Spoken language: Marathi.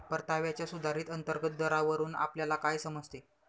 परताव्याच्या सुधारित अंतर्गत दरावरून आपल्याला काय समजते?